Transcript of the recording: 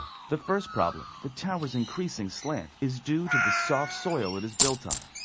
the first problem, the tower's increasing slant is due to the soft soil it is built on.